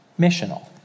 missional